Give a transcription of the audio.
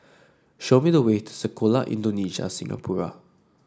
show me the way to Sekolah Indonesia Singapura